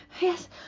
Yes